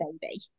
baby